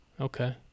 Okay